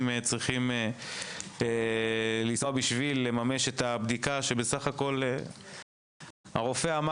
צריכים לנסוע בשביל למשש את הבדיקה שהם צריכים לעשות בהוראת הרופא.